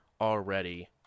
already